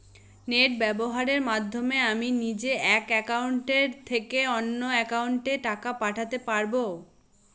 Net ব্যবহারের মাধ্যমে আমি নিজে এক অ্যাকাউন্টের থেকে অন্য অ্যাকাউন্টে টাকা পাঠাতে পারব?